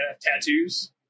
tattoos